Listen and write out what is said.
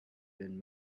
been